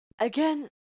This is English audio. again